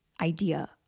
idea